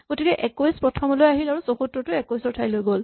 গতিকে ২১ প্ৰথমলৈ আহিল আৰু ৭৪ টো ২১ ৰ ঠাইলৈ গ'ল